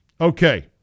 Okay